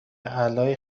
اعلای